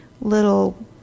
little